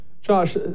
Josh